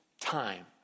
time